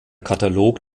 katalog